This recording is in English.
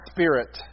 Spirit